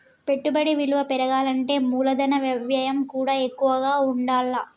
పెట్టుబడి విలువ పెరగాలంటే మూలధన వ్యయం కూడా ఎక్కువగా ఉండాల్ల